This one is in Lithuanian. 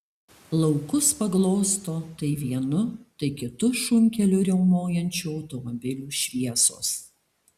laukus paglosto tai vienu tai kitu šunkeliu riaumojančių automobilių šviesos